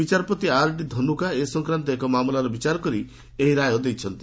ବିଚାରପତି ଆର୍ଡି ଧନୁକା ଏ ସଂକ୍ରାନ୍ତ ଏକ ମାମଲାର ବିଚାର କରି ଏହି ରାୟ ଦେଇଛନ୍ତି